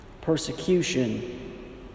persecution